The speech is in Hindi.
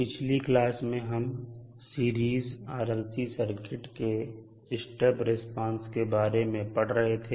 पिछली क्लास में हम सीरीज RLC सर्किट के स्टेप रिस्पांस के बारे में पढ़ रहे थे